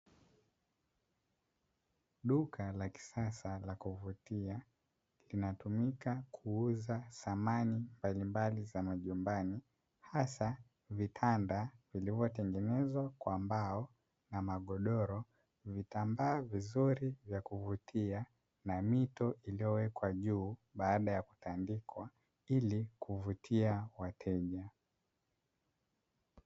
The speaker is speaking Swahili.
Duka la kisasa la kuvutia linatumika kuuza samani mbalimbali za majumbani hasa vitanda vilivyotengenezwa kwa mbao na magodoro, vitambaa vizuri vya kuvutia na mito iliyowekwa juu baada ya kutandikwa ili kuvutia wateja.